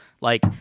like-